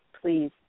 please